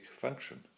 function